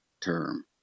term